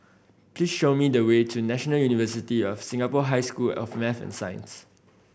please show me the way to National University of Singapore High School of Math and Science